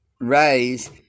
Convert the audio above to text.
raise